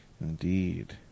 Indeed